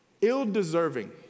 ill-deserving